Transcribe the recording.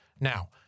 Now